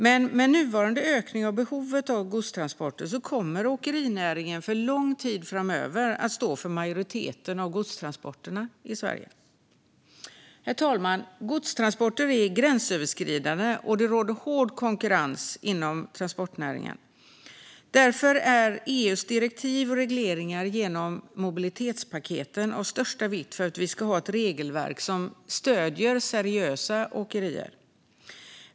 Men med nuvarande ökning av behovet av godstransporter kommer åkerinäringen för lång tid framöver att stå för majoriteten av godstransporterna i Sverige. Herr talman! Godstransporter är gränsöverskridande, och det råder hård konkurrens inom transportnäringen. Därför är EU:s direktiv och regleringar genom mobilitetspaketen av största vikt för att vi ska ha ett regelverk som stöder seriösa åkerier.